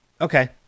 Okay